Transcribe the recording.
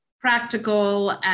practical